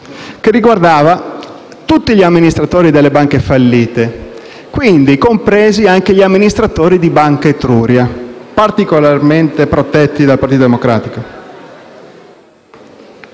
che riguardava tutti gli amministratori delle banche fallite, quindi compresi anche gli amministratori di Banca Etruria, particolarmente protetti dal Partito Democratico.